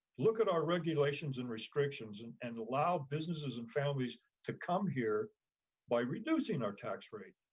look at our regulations and restrictions and and allow businesses and families to come here by reducing our tax rate.